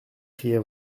criait